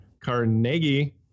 Carnegie